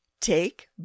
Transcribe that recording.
take